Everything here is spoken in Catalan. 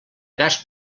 gas